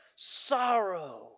Sorrow